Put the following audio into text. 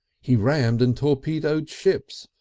he rammed and torpedoed ships,